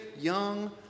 young